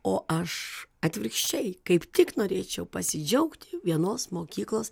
o aš atvirkščiai kaip tik norėčiau pasidžiaugti vienos mokyklos